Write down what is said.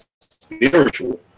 spiritual